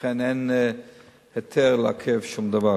ולכן אין היתר לעכב שום דבר,